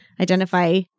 identify